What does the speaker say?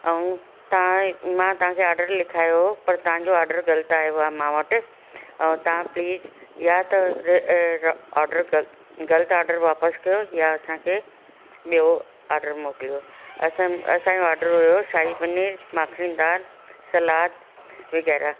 ऐं तव्हां मां तव्हांखे ऑडर लिखायो पर तव्हांजो ऑडर गलति आहियो आहे मां वटि और तव्हां प्लीज या त ऑडर ग गलति ऑडर वापसि कयो या असांखे ॿियो ऑडर मोकिलियो असांजो ऑडर हुओ शाही पनीर माखणी दाल सलाद वग़ैरह